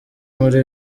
muri